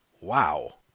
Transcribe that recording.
wow